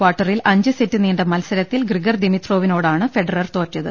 കാർട്ടറിൽ അഞ്ച് സെറ്റ് നീണ്ട മത്സരത്തിൽ ഗ്രിഗർ ദിമിത്രോവി നോടാണ് ഫെഡ്റർ തോറ്റത്